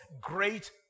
great